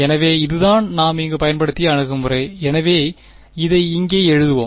எனவே இதுதான் நாம் இங்கு பயன்படுத்திய அணுகுமுறை எனவே இதை இங்கே எழுதுவோம்